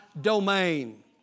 domain